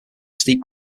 steep